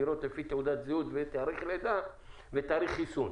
לראות לפי תעודת זהות ותאריך לידה ותאריך חיסון.